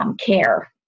care